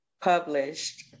published